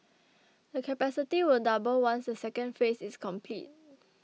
the capacity will double once the second phase is complete